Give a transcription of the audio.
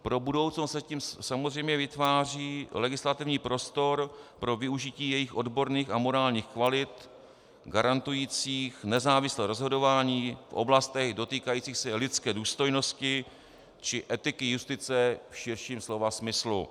Pro budoucnost se tím samozřejmě vytváří legislativní prostor pro využití jejich odborných a morálních kvalit garantujících nezávislé rozhodování v oblastech dotýkajících se lidské důstojnosti či etiky justice v širším slova smyslu.